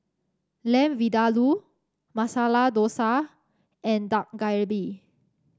Lamb Vindaloo Masala Dosa and Dak Galbi